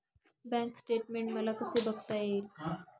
Bank statement मला कसे बघता येईल?